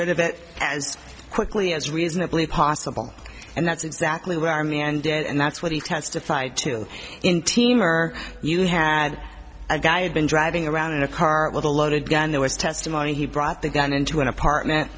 rid of it as quickly as reasonably possible and that's exactly what army and did and that's what he testified to in team or you had a guy had been driving around in a car with a loaded gun there was testimony he brought the gun into an apartment